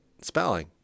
spelling